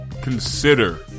consider